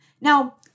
Now